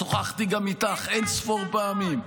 שוחחתי גם איתך אין-ספור פעמים.